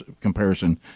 comparison